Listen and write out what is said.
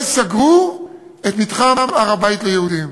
וסגרו את מתחם הר-הבית ליהודים.